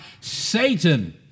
Satan